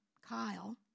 Kyle